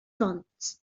bont